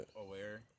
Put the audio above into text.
aware